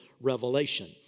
revelation